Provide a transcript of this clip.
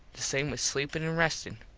the same with sleepin and restin.